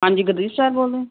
ਹਾਂਜੀ ਗੁਰਦੀਪ ਸਰ ਬੋਲਦੇ